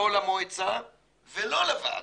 לא למועצה ולא לוועדה,